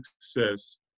success